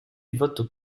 vote